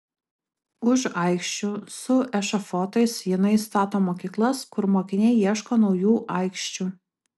už aikščių su ešafotais jinai stato mokyklas kur mokiniai ieško naujų aikščių